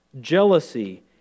jealousy